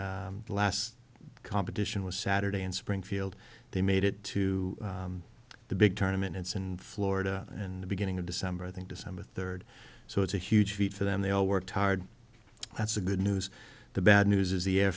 the last competition was saturday in springfield they made it to the big tournaments in florida in the beginning of december i think december third so it's a huge feat for them they all work hard that's the good news the bad news is the